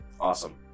Awesome